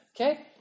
okay